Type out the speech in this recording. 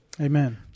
Amen